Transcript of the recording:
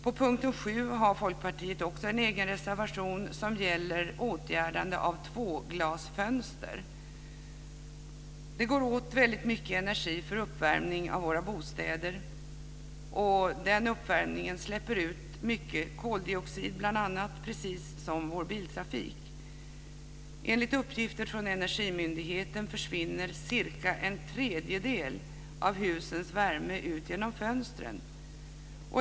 På punkten 7 har Folkpartiet också en egen reservation som gäller åtgärdande av tvåglasfönster. Det går åt väldigt mycket energi för uppvärmning av våra bostäder, och den uppvärmningen släpper ut bl.a. mycket koldioxid, precis som vår biltrafik. Enligt uppgift från Energimyndigheten försvinner cirka en tredjedel av husens värme ut genom fönstren.